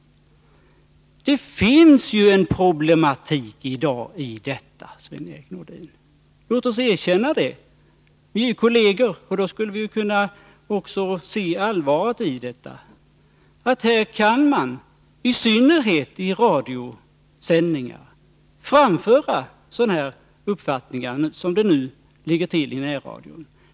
Det finns en problematik i dag när det gäller detta, Sven-Erik Nordin. Låt oss erkänna det. Vi är kolleger, då skulle vi också kunna se allvaret i detta. I synnerhet i radiosändningar kan man framföra sådana här uppfattningar, som det nu ligger till i närradion.